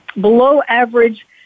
below-average